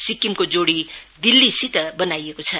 सिक्किमको जोड़ी दिल्लीसित बनाइएको छ